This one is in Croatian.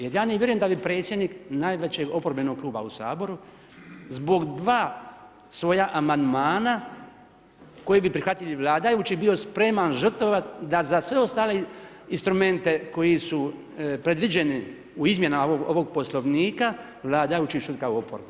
Jer ja ne vjerujem da bi predsjednik najvećeg oporbenog kluba u Saboru zbog dva svoja amandmana koji bi prihvatili vladajući bio spreman žrtvovati da za sve ostale instrumente koji su predviđeni u izmjenama ovog Poslovnika vladajući čut kao oporba.